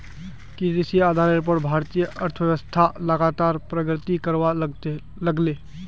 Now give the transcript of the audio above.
कृषि आधारेर पोर भारतीय अर्थ्वैव्स्था लगातार प्रगति करवा लागले